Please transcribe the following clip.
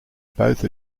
both